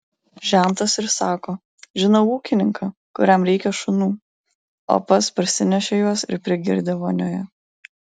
žentas ir sako žinau ūkininką kuriam reikia šunų o pats parsinešė juos ir prigirdė vonioje